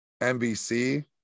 NBC